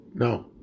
No